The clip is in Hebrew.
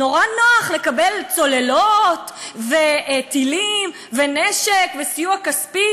נורא נוח לקבל צוללות וטילים ונשק וסיוע כספי